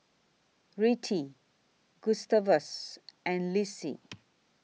Rettie Gustavus and Lissie